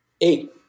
Eight